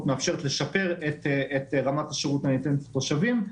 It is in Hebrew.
מאפשרת לשפר את רמת השירות הניתנת לתושבים,